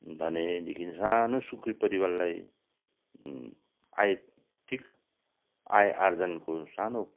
भनेदेखि सानो सुखी परिवारलाई आय ठिक आय आर्जनको सानो